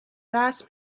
رسم